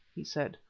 he said,